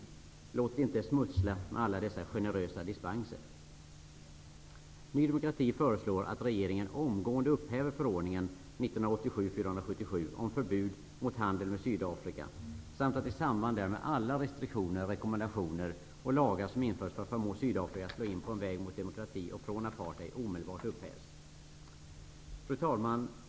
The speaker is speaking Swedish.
Smussla inte med alla dessa generösa dispenser. Ny demokrati föreslår att regeringen omgående upphäver förordningen 1987:477 om förbud mot handel med Sydafrika samt att i samband därmed alla restriktioner, rekommendationer och lagar som införts för att förmå Sydafrika att slå in på en väg mot demokrati och från apartheid omedelbart upphävs. Fru talman!